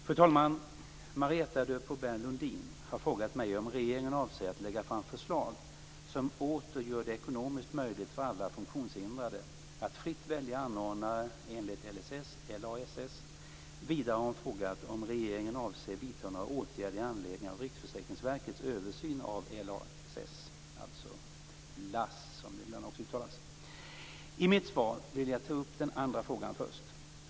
Fru talman! Marietta de Pourbaix-Lundin har frågat mig om regeringen avser att lägga fram förslag som åter gör det ekonomisk möjligt för alla funktionshindrade att fritt välja anordnare enligt I mitt svar vill jag ta upp den andra frågan först.